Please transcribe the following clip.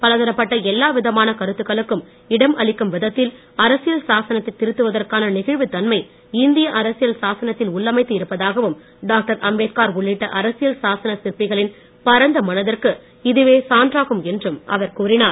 பலதரப்பட்ட எல்லாவிதமான விதமான கருத்துக்களுக்கும் இடம் அளிக்கும் விதத்தில் அரசியல் சாசனத்தை திருத்துவதற்கான நெகிழ்வுத் தன்மை இந்திய அரசியல் சாசனத்தில் உள்ளமைந்து இருப்பதாகவும் டாக்டர் அம்பேத்கார் உள்ளிட்ட அரசியல் சாசன சிற்பிகளின் பரந்த மனதிற்கு இதுவே சான்றாகும் என்றும் அவர் கூறினார்